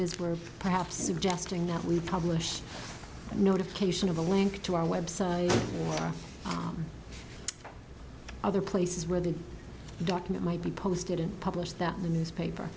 is worth perhaps suggesting that we publish notification of a link to our website or other places where the document might be posted and publish that in the newspaper